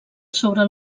sobre